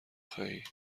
خوایی